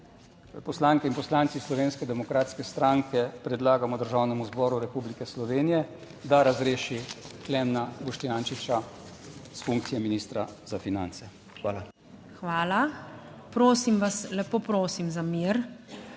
poslanke in poslanci Slovenske demokratske stranke predlagamo Državnemu zboru Republike Slovenije, da razreši Klemna Boštjančiča s funkcije ministra za finance. Hvala. **PREDSEDNICA MAG.